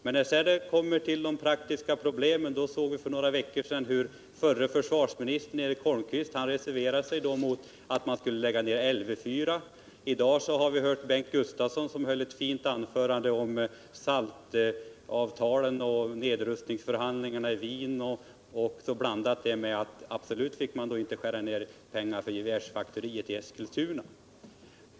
Men när det sedan gäller det praktiska förverkligandet såg vi för några veckor sedan t.ex. hur förre försvarsministern Eric Holmqvist reserverade sig mot en nedläggning av Lv 4. I dag har vi hört Bengt Gustavsson, som höll ett fint anförande om SALT-avtalen och nedrustningsförhandlingarna i Wien samtidigt som man absolut inte fick skära ned anslagen till gevärsfaktoriet i Eskilstuna.